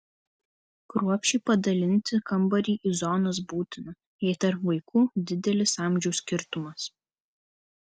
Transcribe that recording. kruopščiai padalinti kambarį į zonas būtina jei tarp vaikų didelis amžiaus skirtumas